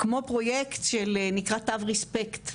כמו פרויקט שנקרא 'תו ריספקט',